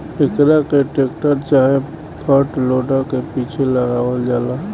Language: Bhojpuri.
एकरा के टेक्टर चाहे फ्रंट लोडर के पीछे लगावल जाला